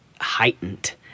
heightened